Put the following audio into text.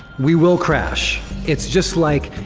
we will crash. it's just like,